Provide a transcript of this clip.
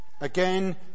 Again